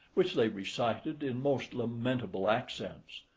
which they recited in most lamentable accents.